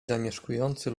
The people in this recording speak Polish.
zamieszkujący